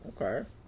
Okay